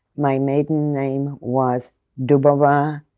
my maiden name was dubova.